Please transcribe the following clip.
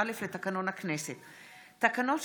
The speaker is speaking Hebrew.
פנינה תמנו,